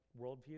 worldview